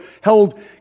held